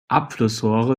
abflussrohre